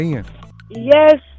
Yes